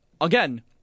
again